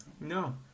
No